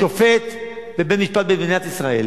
שופט בבית-משפט במדינת ישראל